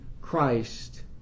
Christ